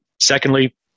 secondly